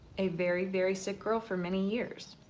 a very very sick girl for many years.